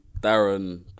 Darren